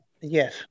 Yes